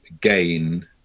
gain